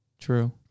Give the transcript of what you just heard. True